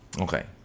Okay